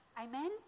Amen